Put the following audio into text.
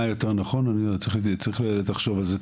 מה יותר נכון, צריך לחשוב על זה.